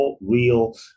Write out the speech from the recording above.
real